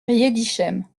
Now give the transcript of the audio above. riedisheim